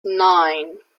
nine